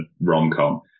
rom-com